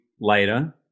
later